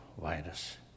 virus